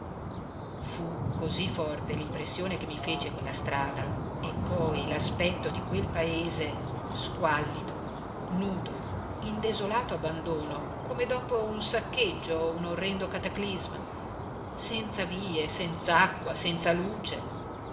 fu cosí forte l'impressione che mi fece quella strada e poi l'aspetto di quel paese squallido nudo in desolato abbandono come dopo un saccheggio o un orrendo cataclisma senza vie senz'acqua senza luce